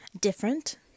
different